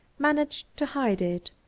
managed to hide it.